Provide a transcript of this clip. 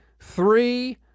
three